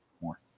more